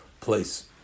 place